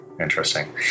interesting